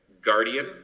guardian